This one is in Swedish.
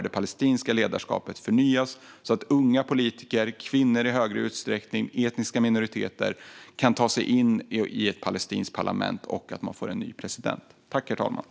Det palestinska ledarskapet behöver förnyas så att unga politiker, kvinnor och etniska minoriteter i högre utsträckning kan ta sig in i ett palestinskt parlament och att de får en ny president.